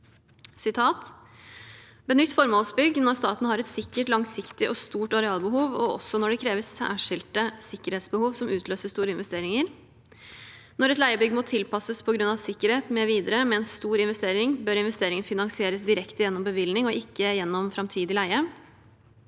Benytt formålsbygg når staten har et sikkert, langsiktig og stort arealbehov, og også når det kreves særskilte sikkerhetsbehov som utløser store investeringer. – Når et leiebygg må tilpasses på grunn av sikkerhet med videre med en stor investering, bør investeringer finansieres direkte gjennom bevilgning og ikke gjennom framtidig leie.